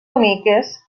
boniques